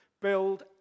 Build